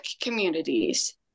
communities